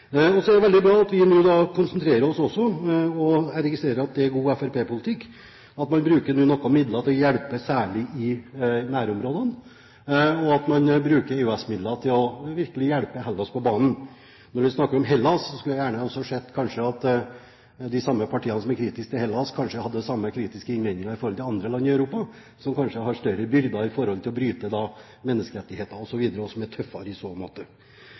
er veldig bra at vi nå også konsentrerer oss om – jeg registrerer at det er god fremskrittspartipolitikk – å bruke noen midler til å hjelpe særlig i nærområdene, og at man bruker EØS-midler til virkelig å hjelpe Hellas på banen. Når vi snakker om Hellas, skulle jeg gjerne ha sett at de samme partiene som er kritiske til Hellas, hadde samme kritiske innvendinger til andre land i Europa som kanskje har større byrder med hensyn til å bryte menneskerettigheter osv., og som er tøffere i så måte.